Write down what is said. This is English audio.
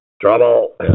Trouble